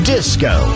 Disco